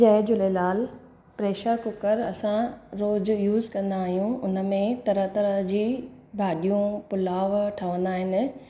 जय Jhulelal pressure cooker असां रोज use कंदा आहियूं उन में तरह तरह जी भाॼियूं पुलाउ ठहंदा आहिनि